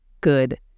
good